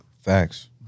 Facts